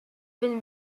been